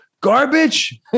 garbage